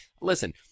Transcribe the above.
Listen